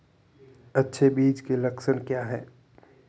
अच्छे बीज के लक्षण क्या हैं?